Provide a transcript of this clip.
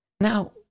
Now